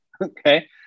Okay